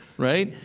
right?